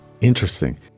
Interesting